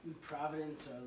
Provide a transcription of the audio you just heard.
providence